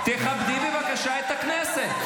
תכבדי בבקשה את הכנסת.